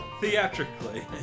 theatrically